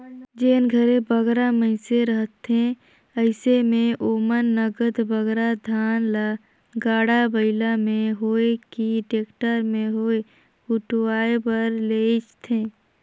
जेन घरे बगरा मइनसे रहथें अइसे में ओमन नगद बगरा धान ल गाड़ा बइला में होए कि टेक्टर में होए कुटवाए बर लेइजथें